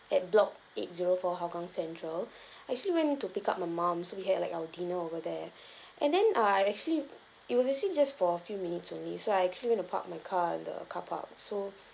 at block eight zero four hougang central actually went to pick up my mom so we had like our dinner over there and then uh I actually it was actually just for a few minutes only so I actually went to park my car in the carpark so